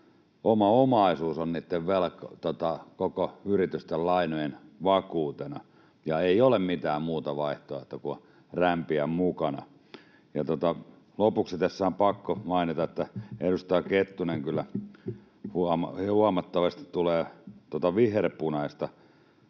oma omaisuus on niitten koko yritysten lainojen vakuutena ja ei ole mitään muuta vaihtoehtoa kuin rämpiä mukana. Lopuksi tässä on pakko mainita, että edustaja Kettunen kyllä huomattavasti tulee tuota viherpunaista